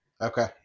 Okay